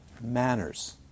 manners